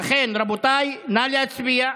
רבותיי, נא להצביע.